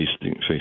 facing